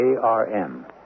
ARM